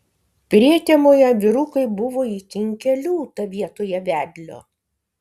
prietemoje vyrukai buvo įkinkę liūtą vietoje vedlio